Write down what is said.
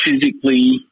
physically